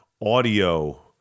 audio